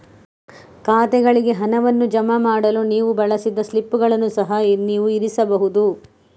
ಖಾತೆಗಳಿಗೆ ಹಣವನ್ನು ಜಮಾ ಮಾಡಲು ನೀವು ಬಳಸಿದ ಸ್ಲಿಪ್ಪುಗಳನ್ನು ಸಹ ನೀವು ಇರಿಸಬಹುದು